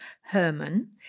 Herman